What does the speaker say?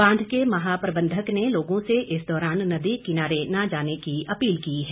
बांध के महाबप्रबंधक ने लोगों से इस दौरान नदी किनारे न जाने की अपील की है